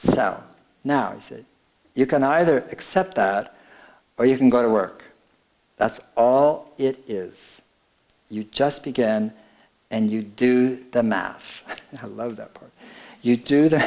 now you can either accept that or you can go to work that's all it is you just began and you do the math and i love that you do that